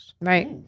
Right